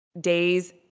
days